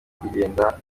kugenda